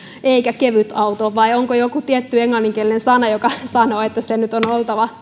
eikä kevytauto vai onko joku tietty englanninkielinen sana joka sanoo että sen nyt on oltava